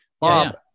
bob